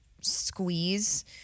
squeeze